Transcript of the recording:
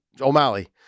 O'Malley